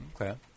Okay